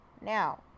now